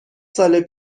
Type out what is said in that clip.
سال